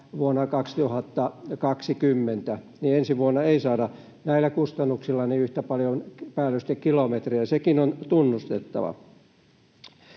vuonna 2020. Ensi vuonna ei saada näillä kustannuksilla yhtä paljon päällystekilometrejä, sekin on tunnustettava.